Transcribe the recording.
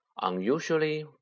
Unusually